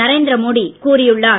நரேந்திர மோடி கூறியுள்ளார்